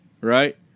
Right